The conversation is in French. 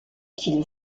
qu’il